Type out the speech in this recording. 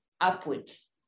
upwards